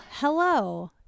Hello